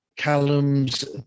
Callum's